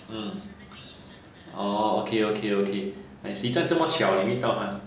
hmm oh okay okay okay I see 这这么巧啊你遇到她